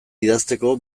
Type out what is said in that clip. idazteko